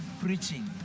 preaching